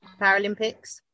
Paralympics